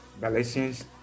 Galatians